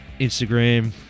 Instagram